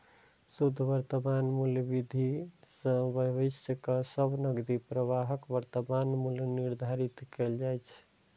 शुद्ध वर्तमान मूल्य विधि सं भविष्यक सब नकदी प्रवाहक वर्तमान मूल्य निर्धारित कैल जाइ छै